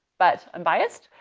but unbiased.